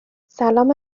سلام